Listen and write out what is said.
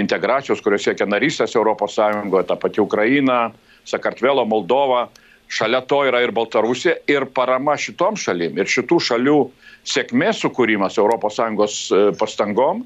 integracijos kurios siekia narystės europos sąjungoj ta pati ukraina sakartvelą moldovą šalia to yra ir baltarusija ir parama šitom šalim ir šitų šalių sėkmės sukūrimas europos sąjungos pastangom